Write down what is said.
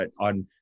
on